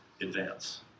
advance